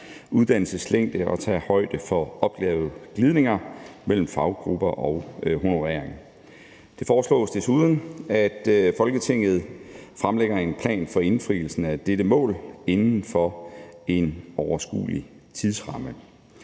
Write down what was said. uddannelseslængde, og tager højde for opgaveglidninger mellem faggrupper og honorering. Det foreslås desuden, at Folketinget fremlægger en plan for indfrielsen af dette mål inden for en overskuelig tidsramme.